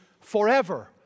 forever